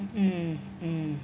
mm mm